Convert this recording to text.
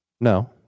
no